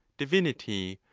divinity,